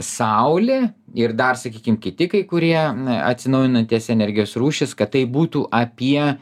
saulė ir dar sakykim kiti kai kurie atsinaujinantys energijos rūšys kad tai būtų apie